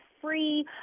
free